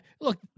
Look